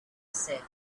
said